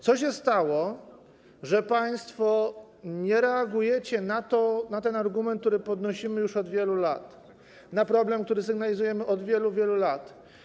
Co się stało, że państwo nie reagujecie na ten argument, który podnosimy już od wielu lat, na problem, który sygnalizujemy od wielu, wielu lat?